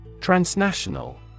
Transnational